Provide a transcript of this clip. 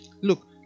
look